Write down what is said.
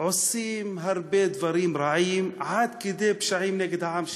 עושים הרבה דברים רעים עד כדי פשעים נגד העם שלי,